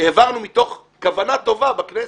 העברנו מתוך כוונה טובה בכנסת,